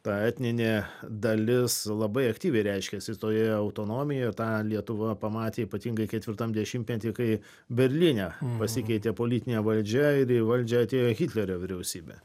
ta etninė dalis labai aktyviai reiškėsi toje autonomijoje tą lietuva pamatė ypatingai ketvirtam dešimtmety kai berlyne pasikeitė politinė valdžia ir į valdžią atėjo hitlerio vyriausybė